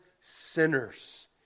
sinners